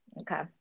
okay